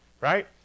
right